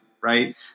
right